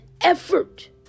effort